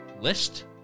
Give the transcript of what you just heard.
List